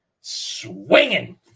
swinging